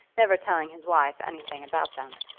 never telling his wife anything about them.